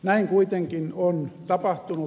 näin kuitenkin on tapahtunut